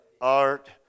art